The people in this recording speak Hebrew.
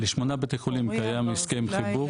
לשמונה בתי חולים קיים הסכם חיבור.